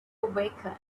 awaken